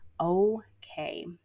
Okay